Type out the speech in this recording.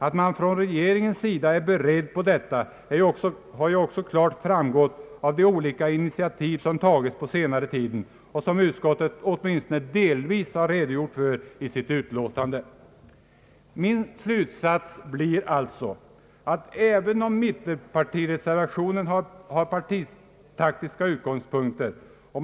Att regeringen är beredd att göra detta, har ju också klart framgått av de olika initiativ som tagits under senare tid och som utskottet åtminstone delvis har redogjort för i sitt utlåtande. Min slutsats blir alltså att även denna mittenpartireservation har partitaktisk bakgrund.